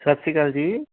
ਸਤਿ ਸ਼੍ਰੀ ਅਕਾਲ ਜੀ